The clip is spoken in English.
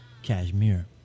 Cashmere